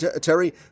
Terry